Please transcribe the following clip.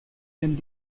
and